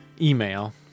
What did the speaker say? email